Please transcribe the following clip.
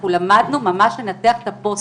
למדנו ממש לנתח את הפוסטים.